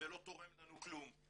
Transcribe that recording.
ולא תורם לנו כלום.